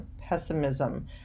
pessimism